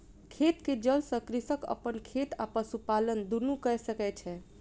खेत के जल सॅ कृषक अपन खेत आ पशुपालन दुनू कय सकै छै